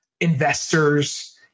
investors